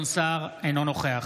אינו נוכח